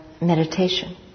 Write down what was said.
meditation